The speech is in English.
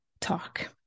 talk